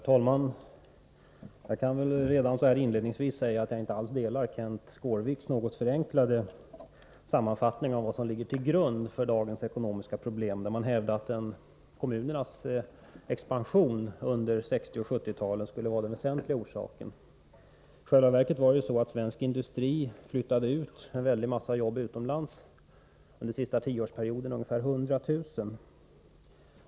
Herr talman! Inledningsvis vill jag säga att jag inte alls delar den uppfattning Kenth Skårvik redovisade i sin något förenklade sammanfattning av vad som ligger till grund för dagens ekonomiska problem, där han hävdade att kommunernas expansion under 1960 och 1970-talen skulle vara den väsentliga orsaken. I själva verket var det så att svensk industri flyttade ut en stor mängd jobb utomlands, under den senaste tioårsperioden ungefär 100 000.